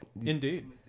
Indeed